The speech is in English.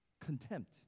contempt